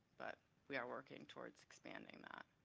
but we are working towards expanding that.